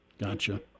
Gotcha